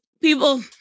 people